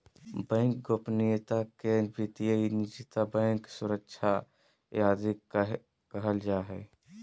bank गोपनीयता के वित्तीय निजता, बैंक सुरक्षा आदि कहल जा हइ